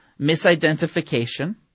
misidentification